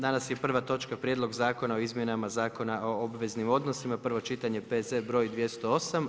Danas je prva točka, Prijedlog zakona o izmjenama Zakona o obveznim odnosima, prvo čitanje, P.Z. br. 208.